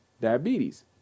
diabetes